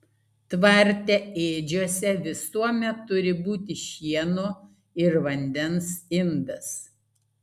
tvarte ėdžiose visuomet turi būti šieno ir vandens indas